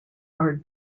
are